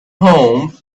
home